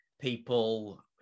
people